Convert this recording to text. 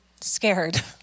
scared